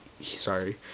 sorry